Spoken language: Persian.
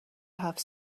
هفت